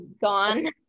gone